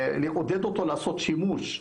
ולעודד אותו לעשות שימוש.